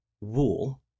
wool